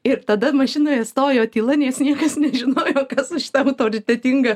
ir tada mašinoje stojo tyla nes niekas nežino ką su šita autoritetinga